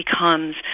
becomes